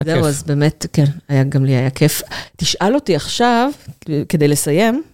זהו, אז באמת, כן, היה גם לי, היה כיף. תשאל אותי עכשיו, כדי לסיים.